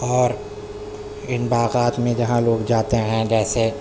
اور ان باغات میں جہاں لوگ جاتے ہیں جیسے